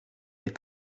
est